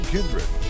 Kindred